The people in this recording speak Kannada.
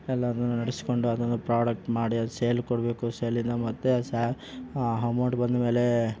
ಎಲ್ಲವೂ ನಡೆಸಿಕೊಂಡು ಅದನ್ನು ಪ್ರಾಡಕ್ಟ್ ಮಾಡಿ ಅದು ಸೇಲ್ ಕೊಡಬೇಕು ಸೇಲಿನ ಮತ್ತೆ ಸ ಹಮೌಂಟ್ ಬಂದಮೇಲೆ